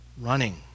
running